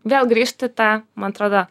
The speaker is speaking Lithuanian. vėl grįžt į tą man atrodo